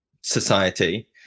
society